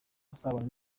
asabana